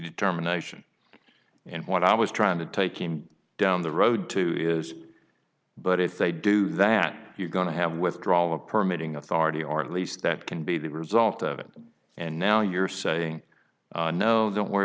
determination in what i was trying to take him down the road to but if they do that you're going to have withdrawal of permitting authority or at least that can be the result of it and now you're saying no don't worry